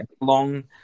Long